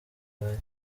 zibaye